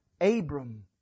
Abram